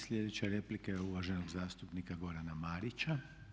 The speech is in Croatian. Sljedeća replika je uvaženog zastupnika Gorana Marića.